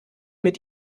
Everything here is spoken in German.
mit